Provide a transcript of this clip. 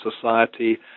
society